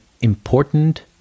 important